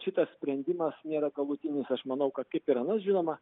šitas sprendimas nėra galutinis aš manau kad kaip ir anas žinoma